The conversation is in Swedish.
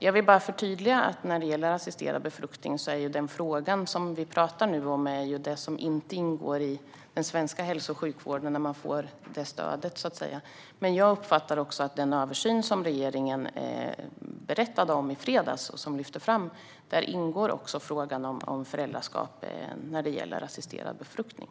Låt mig förtydliga att när det gäller assisterad befruktning ingår inte den fråga som vi nu talar om i den svenska hälso och sjukvården och det stöd man får. Jag uppfattade det dock som att frågan om föräldraskap vid assisterad befruktning ingår i den översyn som regeringen berättade om i fredags.